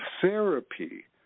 therapy